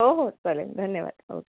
हो हो चालेल धन्यवाद ओ के